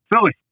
Philly